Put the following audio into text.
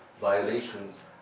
violations